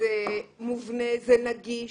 זה מובנה, זה נגיש.